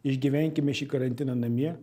išgyvenkime šį karantiną namie